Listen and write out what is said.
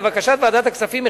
לבקשת ועדת הכספים,